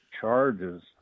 charges